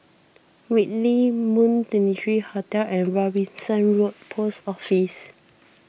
Whitley Moon twenty three Hotel and Robinson Road Post Office